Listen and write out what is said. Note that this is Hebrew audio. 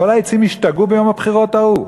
כל העצים השתגעו ביום הבחירות ההוא?